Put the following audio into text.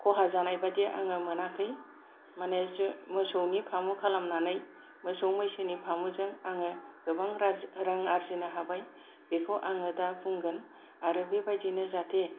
खहा जानाय बादि आङो मोनाखै माने जे मोसौनि फामु खालामनानै मोसौ मैसोनि फामुजों आङो गोबां रां रां आरजिनो हाबाय बेखौ दा आङो बुंगोन आरो बेबायदिनो जाथे